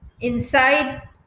inside